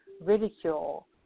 ridicule